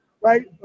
right